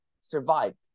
survived